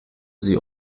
sie